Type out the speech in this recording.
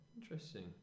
Interesting